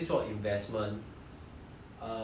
uh it also won't be like a lot